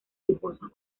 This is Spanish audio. lujosos